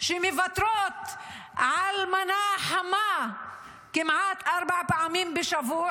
שמוותרות על מנה חמה כמעט ארבע פעמים בשבוע,